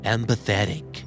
Empathetic